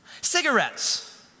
Cigarettes